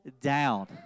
down